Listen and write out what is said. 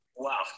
Wow